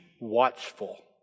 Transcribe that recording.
watchful